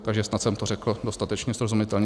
Takže snad jsem to řekl dostatečně srozumitelně.